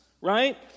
right